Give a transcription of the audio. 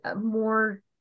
more